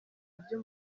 ryo